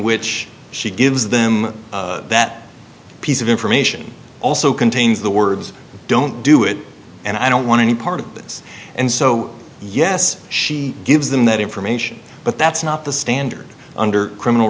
which she gives them that piece of information also contains the words don't do it and i don't want any part of this and so yes she gives them that information but that's not the standard under criminal